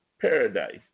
paradise